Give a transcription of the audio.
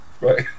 Right